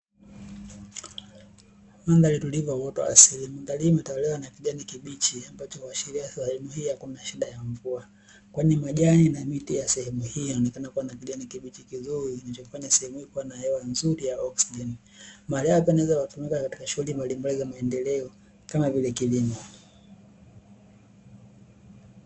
Mandhari tulivu ya uoto wa asili. Mandhari hii imetawaliwa na kijani kibichi ambacho huashiria sehemu hii hakuna shida ya mvua. Kwani majani na miti ya sehemu hii yanaonekana kuwa na kijani kibichi kizuri kinachofanya sehemu hii kuwa na hewa nzuri ya oksijeni. Mahali hapa panaweza kutumika katika shughuli mbalimbali za maendeleo kama vile kilimo.